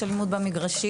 יש אלימות במגרשים.